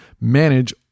manage